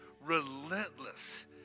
relentless